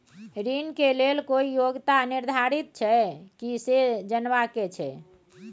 ऋण के लेल कोई योग्यता निर्धारित छै की से जनबा के छै?